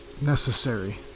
Necessary